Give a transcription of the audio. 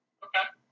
okay